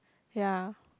ya